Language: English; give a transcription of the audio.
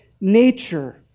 Nature